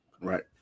right